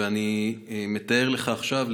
ואני מתאר לך עכשיו,